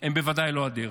הם בוודאי לא הדרך,